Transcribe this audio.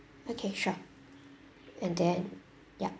okay sure and then yup